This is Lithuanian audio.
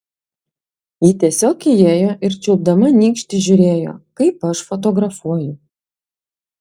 ji tiesiog įėjo ir čiulpdama nykštį žiūrėjo kaip aš fotografuoju